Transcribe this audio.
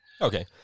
Okay